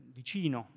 vicino